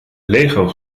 lego